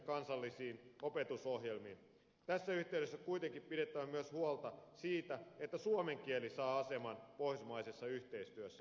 tässä yhteydessä on kuitenkin pidettävä myös huolta siitä että suomen kieli saa aseman pohjoismaisessa yhteistyössä